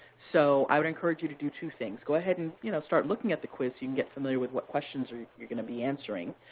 so i would encourage you to do two things. go ahead and you know start looking at the quiz you can get familiar with what questions you're going to be answering.